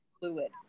fluid